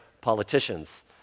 politicians